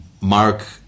Mark